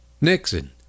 Nixon